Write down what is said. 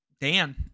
Dan